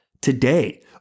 today